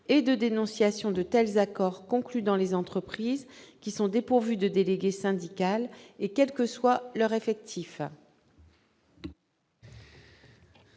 et de dénonciation de tels accords conclus dans les entreprises dépourvues de délégué syndical, quel que soit leur effectif.